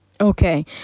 Okay